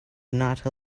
not